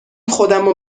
خودمو